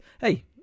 hey